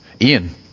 Ian